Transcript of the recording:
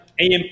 AMP